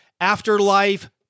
afterlife